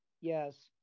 Yes